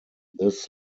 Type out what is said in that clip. this